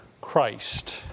Christ